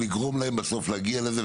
לגרום להם בסוף להגיע לזה,